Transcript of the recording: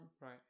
Right